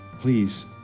Please